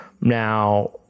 now